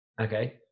Okay